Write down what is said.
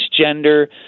gender